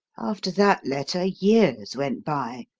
after that letter years went by,